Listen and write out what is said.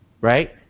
right